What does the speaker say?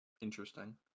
Interesting